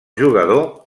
jugador